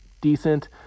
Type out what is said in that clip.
decent